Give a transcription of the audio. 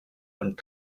und